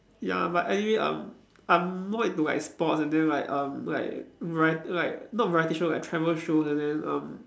ya but anyway I'm I'm more into like sports and then like um like variet~ like not variety show like travel shows and then um